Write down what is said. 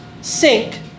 sink